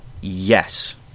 yes